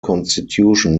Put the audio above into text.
constitution